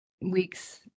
weeks